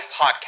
Podcast